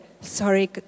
Sorry